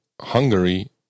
Hungary